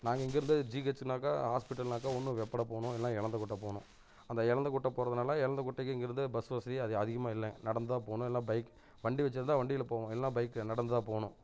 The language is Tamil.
நாங்கள் இங்கே இருந்து ஜிஹெச்சுனாக்கா ஹாஸ்பிட்டலுனாக்கா ஒன்று வெப்படை போகணும் இல்லைனா எழந்தகொட்டை போகணும் அந்த எழந்தகொட்டை போகிறதுனால எழந்தகொட்டைக்கு இங்கே இருந்து பஸ் வசதி அதிகமாக இல்லை நடந்து தான் போகணும் இல்லைனா பைக் வண்டி வச்சுருந்தா வண்டியில் போவோம் இல்லைனா பைக்கு நடந்து தான் போகணும்